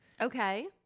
Okay